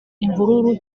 imvururu